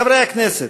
חברי הכנסת,